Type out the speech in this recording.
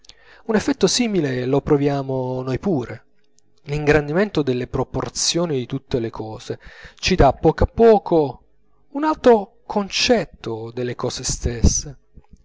un effetto simile lo proviamo noi pure l'ingrandimento delle proporzioni di tutte le cose ci dà a poco a poco un altro concetto delle cose stesse